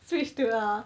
switch to a